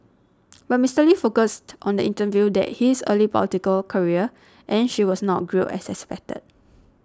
but Mister Lee focused on the interview about his early political career and she was not grilled as expected